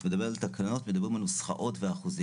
על מדברת על תקנות, מדברים על נוסחאות ואחוזים.